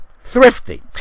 thrifty